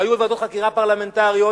והיו ועדות חקירה פרלמנטריות.